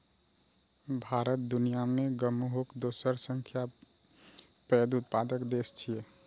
भारत दुनिया मे गहूमक दोसर सबसं पैघ उत्पादक देश छियै